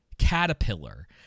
caterpillar